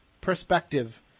perspective